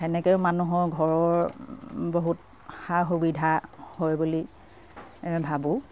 সেনেকেও মানুহৰ ঘৰৰ বহুত সা সুবিধা হয় বুলি ভাবোঁ